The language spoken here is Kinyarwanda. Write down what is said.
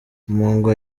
mpongo